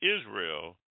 Israel